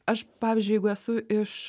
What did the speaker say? aš pavyzdžiui jeigu esu iš